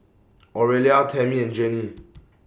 Aurelia Tammy and Gennie